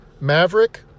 Maverick